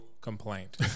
complaint